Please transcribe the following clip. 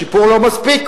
השיפור לא מספיק,